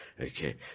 Okay